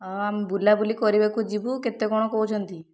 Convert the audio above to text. ହଁ ଆମେ ବୁଲାବୁଲି କରିବାକୁ ଯିବୁ କେତେ କଣ କହୁଛନ୍ତି